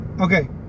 Okay